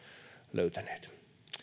löytäneet